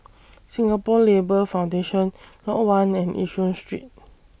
Singapore Labour Foundation Lot one and Yishun Street